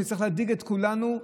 שצריכים להדאיג את כולנו,